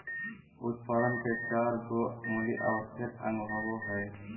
उत्पादन के चार गो मूल आवश्यक अंग होबो हइ